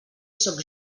sóc